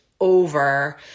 over